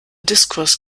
discourse